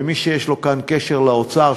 ומי שיש לו כאן קשר לאוצר,